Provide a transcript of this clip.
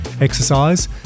exercise